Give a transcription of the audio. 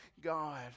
God